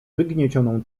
wygniecioną